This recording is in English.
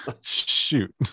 shoot